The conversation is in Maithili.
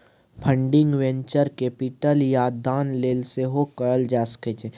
फंडिंग वेंचर कैपिटल या दान लेल सेहो कएल जा सकै छै